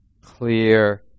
clear